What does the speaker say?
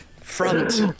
Front